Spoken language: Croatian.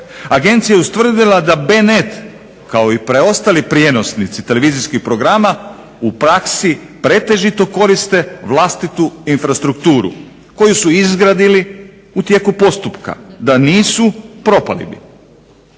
Agencija je ustvrdila da B-net kao i preostali prijenosnici televizijskih programa u praksi pretežito koriste vlastitu infrastrukturu koju su izgradili u tijeku postupka, da nisu propali bi.